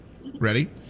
Ready